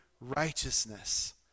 righteousness